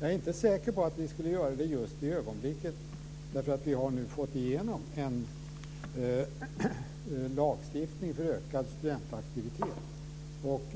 Jag är inte säker på att vi skulle göra det just för ögonblicket, därför att vi har nu fått igenom en lagstiftning för ökad studentaktivitet.